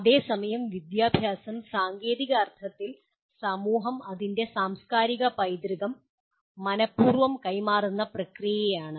അതേസമയം വിദ്യാഭ്യാസം സാങ്കേതിക അർത്ഥത്തിൽ സമൂഹം അതിൻ്റെ "സാംസ്കാരിക പൈതൃകം" മനഃപൂർവ്വം കൈമാറുന്ന പ്രക്രിയയാണ്